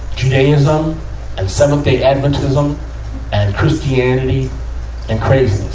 judaism and seventh-day adventism and christianity and craigslist.